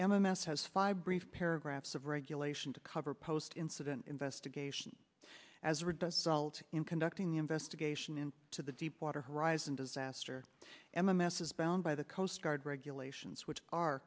s has five brief paragraphs of regulation to cover post incident investigation as a result in conducting the investigation in to the deepwater horizon disaster m m s is bound by the coastguard regulations which are